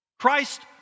Christ